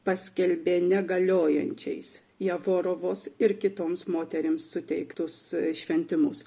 paskelbė negaliojančiais jevorovos ir kitoms moterims suteiktus šventimus